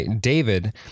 David